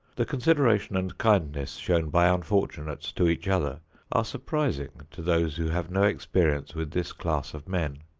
the consideration and kindness shown by unfortunates to each other are surprising to those who have no experience with this class of men.